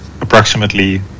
approximately